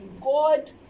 God